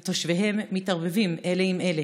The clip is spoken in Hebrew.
/ ותושביהם מתערבבים אלה עם אלה,